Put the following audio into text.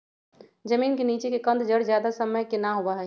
जमीन के नीचे के कंद जड़ ज्यादा समय के ना होबा हई